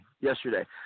yesterday